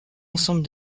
ensemble